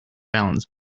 balance